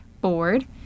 board